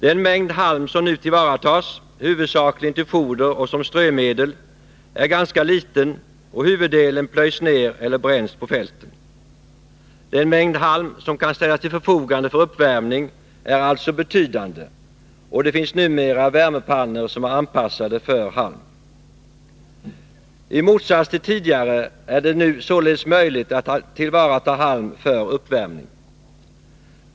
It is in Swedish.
Den mängd halm som nu tillvaratas, huvudsakligen till foder och som strömedel, är ganska liten, och huvuddelen plöjs ner eller bränns på fälten. Den mängd halm som kan ställas till förfogande för uppvärmning är alltså betydande, och det finns numera värmepannor som är anpassade för halm. I motsats till tidigare är det nu således möjligt att tillvarata halm för uppvärmning.